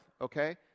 okay